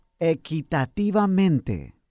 Equitativamente